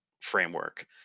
framework